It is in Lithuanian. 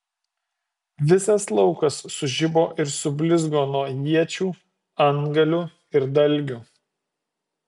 visas laukas sužibo ir sublizgo nuo iečių antgalių ir dalgių